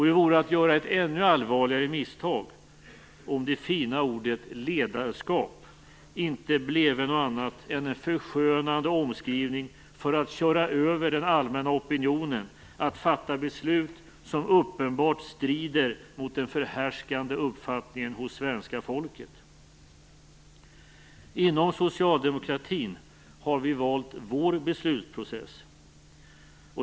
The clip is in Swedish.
Det vore att göra ett ännu allvarligare misstag om det fina ordet ledarskap inte blev något annat än en förskönande omskrivning för att köra över den allmänna opinionen och fatta beslut som uppenbart strider mot den förhärskande uppfattningen hos svenska folket. Inom socialdemokratin har vi valt vår beslutsprocess.